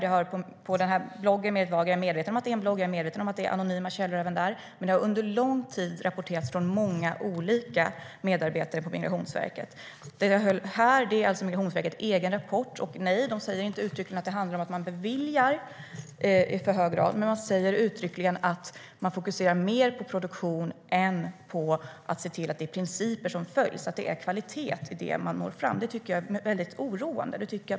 Jag är medveten om att det är en blogg och att det är anonyma källor, men detta har under lång tid rapporterats från många olika medarbetare på Migrationsverket. De säger inte uttryckligen att man i för hög grad beviljar ansökningar, men de säger uttryckligen att det fokuseras mer på produktion än på att se till att principerna följs och att det är kvalitet i det som man får fram. Detta tycker jag är väldigt oroande.